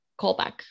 callback